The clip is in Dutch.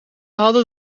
hadden